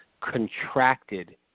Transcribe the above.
contracted